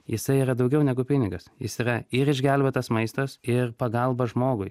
jisai yra daugiau negu pinigas jis yra ir išgelbėtas maistas ir pagalba žmogui